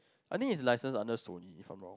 I think is lesser under story it from more